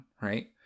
right